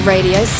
Radio